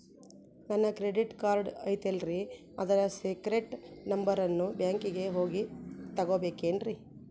ನನ್ನ credit card ಐತಲ್ರೇ ಅದರ ಸೇಕ್ರೇಟ್ ನಂಬರನ್ನು ಬ್ಯಾಂಕಿಗೆ ಹೋಗಿ ತಗೋಬೇಕಿನ್ರಿ?